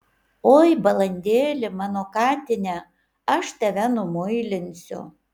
oi balandėli mano katine aš tave numuilinsiu